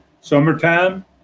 Summertime